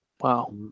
Wow